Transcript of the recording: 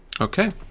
Okay